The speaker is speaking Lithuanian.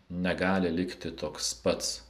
negali likti toks pats